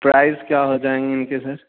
price کیا ہو جائیں گے ان کے سر